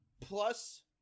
plus